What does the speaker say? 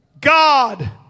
God